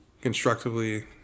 constructively